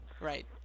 Right